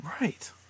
Right